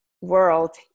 world